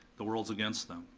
the world's against them,